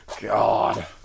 God